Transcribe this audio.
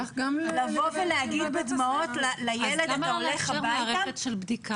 לבוא ולהגיד בדמעות לילד שהוא הולך הביתה?